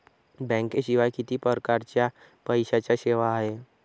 बँकेशिवाय किती परकारच्या पैशांच्या सेवा हाय?